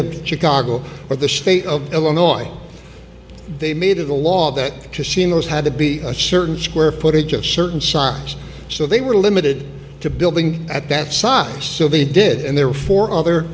of chicago or the state of illinois they made a law that casinos had to be a certain square footage of certain size so they were limited to building at that soft sylvie did and there were four other